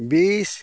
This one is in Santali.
ᱵᱤᱥ